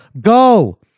go